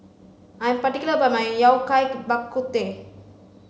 I am particular about my yao cai bak kut teh